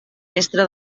mestre